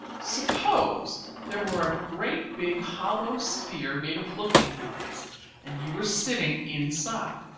suppose there were a great big hollow sphere made of looking-glass and you were sitting inside.